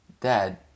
Dad